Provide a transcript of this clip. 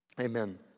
Amen